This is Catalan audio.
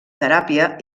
teràpia